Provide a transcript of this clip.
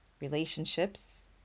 relationships